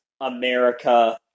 America